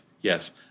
yes